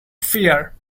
fear